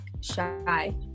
shy